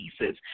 pieces